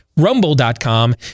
rumble.com